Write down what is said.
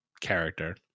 character